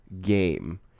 game